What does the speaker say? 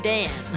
Dan